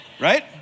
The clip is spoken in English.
Right